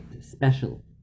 special